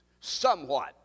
somewhat